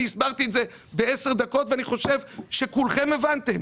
אני הסברתי את זה ב-10 דקות ואני חושב שכולכם הבנתם.